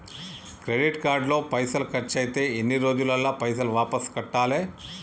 Credit card లో పైసల్ ఖర్చయితే ఎన్ని రోజులల్ల పైసల్ వాపస్ కట్టాలే?